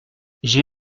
j’ai